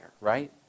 right